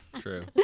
True